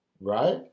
right